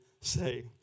say